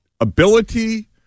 Ability